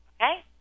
okay